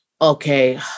okay